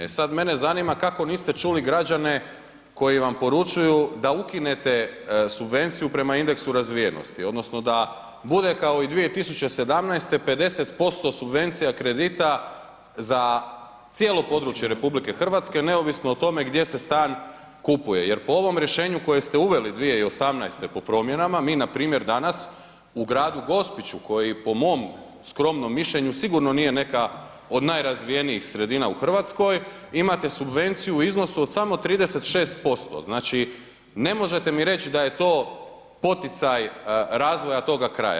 E, sad mene zanima kako niste čuli građane koji vam poručuju da ukinete subvenciju prema indeksu razvijenosti odnosno da bude kao i 2017. 50% subvencija kredita za cijelo područje RH neovisno o tome gdje se stan kupuje jer po ovom rješenju koje ste uveli 2018. po promjenama, mi npr. danas u gradu Gospiću koji po mom skromnom mišljenju sigurno nije neka od najrazvijenijih sredina u RH, imate subvenciju u iznosu od samo 36%, znači ne možete mi reć da je to poticaj razvoja toga kraja.